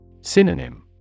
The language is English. Synonym